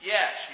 Yes